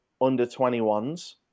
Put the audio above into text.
under-21s